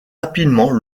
rapidement